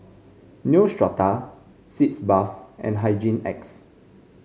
Neostrata Sitz Bath and Hygin X